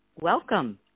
Welcome